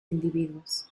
individuos